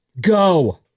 go